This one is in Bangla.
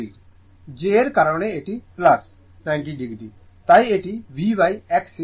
j এর কারণে এটি 90o তাই এটি VXC 90o হবে